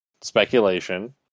speculation